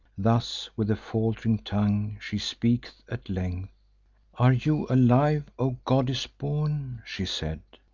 thus, with a falt'ring tongue, she speaks at length are you alive, o goddess-born she said,